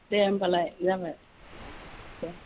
दे होम्बालाय जाबाय दे